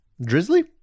Drizzly